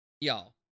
y'all